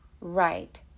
Right